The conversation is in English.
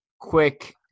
quick